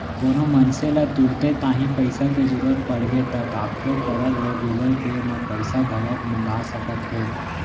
कोनो मनसे ल तुरते तांही पइसा के जरूरत परगे ता काखरो करा ले गुगल पे म पइसा घलौक मंगा सकत हे